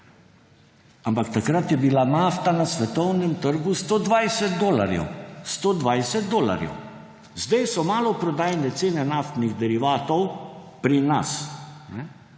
Ampak takrat je bila nafta na svetovnem trgu 120 dolarjev. Zdaj so maloprodajne cene naftnih derivatov pri nas